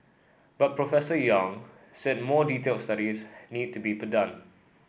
but Professor Yong said more detailed studies need to be done